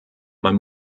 man